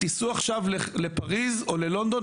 תיסעו עכשיו לפריז או ללונדון,